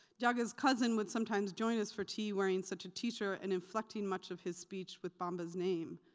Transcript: jaga's cousin would sometimes join us for tea wearing such a t-shirt and inflecting much of his speech with bamba's name.